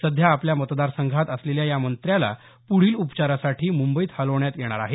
सध्या आपल्या मतदारसंघांत असलेल्या या मंत्र्याला पुढील उपचारासाठी मुंबईत हलवण्यात येणार आहे